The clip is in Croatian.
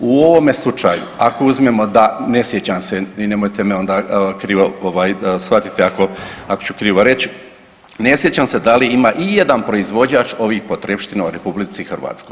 U ovome slučaju ako uzmemo da, ne sjećam se i nemojte onda krivo ovaj shvatiti ako ću krivo reći, ne sjećam se da li ima ijedan proizvođač ovih potrepština u RH.